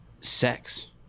sex